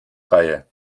reihe